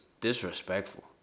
disrespectful